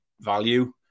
value